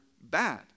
bad